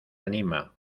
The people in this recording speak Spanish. anima